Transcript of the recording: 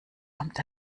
amt